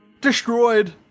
Destroyed